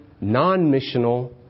non-missional